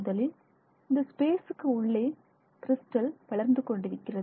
முதலில் இந்த ஸ்பேஸுக்கு உள்ளே கிறிஸ்டல் வளர்ந்து கொண்டிருக்கிறது